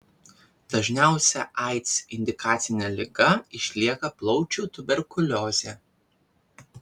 dažniausia aids indikacinė liga išlieka plaučių tuberkuliozė